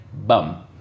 Bum